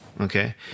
Okay